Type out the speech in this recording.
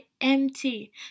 empty